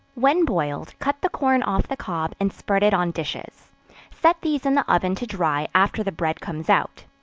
when boiled, cut the corn off the cob, and spread it on dishes set these in the oven to dry after the bread comes out.